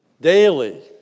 daily